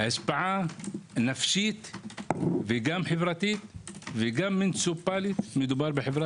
השפעה נפשית וגם חברתית וגם מוניציפלית מדובר בחברה